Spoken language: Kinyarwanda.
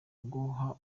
guha